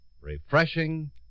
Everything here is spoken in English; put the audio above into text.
refreshing